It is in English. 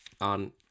on